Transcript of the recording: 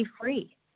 free